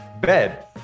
bed